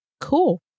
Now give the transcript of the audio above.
Cool